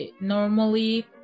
normally